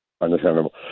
understandable